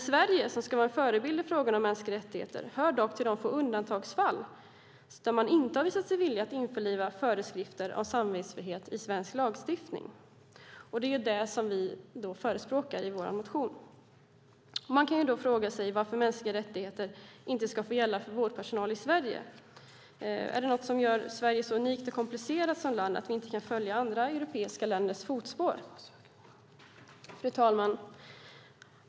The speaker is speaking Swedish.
Sverige, som ska vara förebild i frågan om mänskliga rättigheter, hör dock till de få undantagsfall som inte visat sig villiga att införliva föreskrifter om samvetsfrihet i svensk lagstiftning. Det är alltså detta vi förespråkar i vår motion. Man kan fråga sig varför mänskliga rättigheter inte ska få gälla för vårdpersonal i Sverige. Är det något som gör Sverige så unikt och komplicerat som land att vi inte kan följa i andra europeiska länders fotspår? Fru talman!